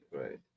right